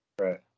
Right